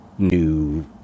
new